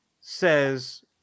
says